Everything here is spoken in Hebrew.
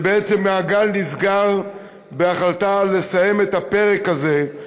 ובעצם מעגל נסגר בהחלטה לסיים את הפרק הזה,